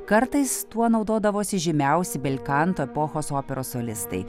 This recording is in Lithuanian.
kartais tuo naudodavosi žymiausi bel kanto epochos operos solistai